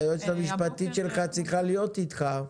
היועצת המשפטית שלך צריכה להיות איתך.